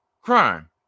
crime